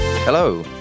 Hello